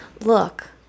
Look